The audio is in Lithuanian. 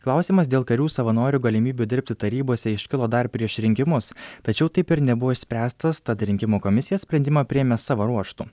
klausimas dėl karių savanorių galimybių dirbti tarybose iškilo dar prieš rinkimus tačiau taip ir nebuvo išspręstas tad rinkimų komisija sprendimą priėmė savo ruožtu